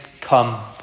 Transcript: come